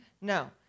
No